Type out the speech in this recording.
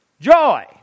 Joy